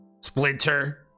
splinter